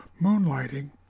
Moonlighting